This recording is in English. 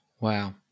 Wow